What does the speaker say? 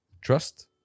Trust